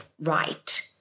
right